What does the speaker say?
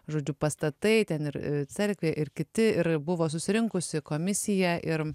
žodžiu pastatai ten ir cerkvė ir kiti ir buvo susirinkusi komisija ir